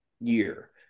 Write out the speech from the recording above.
year